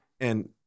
And-